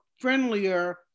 friendlier